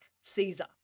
Caesar